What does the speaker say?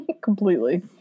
Completely